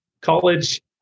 college